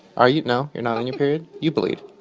are you? no? you're not on your period? you bleed.